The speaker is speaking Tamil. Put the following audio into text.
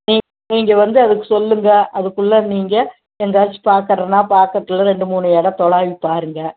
நீ நீங்கள் வந்து அதை சொல்லுங்கள் அதுக்குள்ள நீங்கள் எங்காயாச்சும் பார்க்கறதுனா பார்க்கறதுல ரெண்டு மூணு இடம் துலாவிப் பாருங்கள்